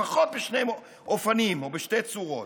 לפחות בשני אופנים או בשתי צורות?